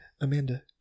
Amanda